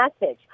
message